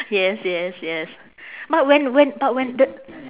yes yes yes but when when but when the